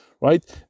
right